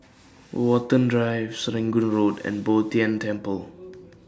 Watten Drive Serangoon Road and Bo Tien Temple